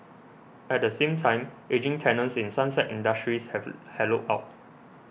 at the same time ageing tenants in sunset industries have hollowed out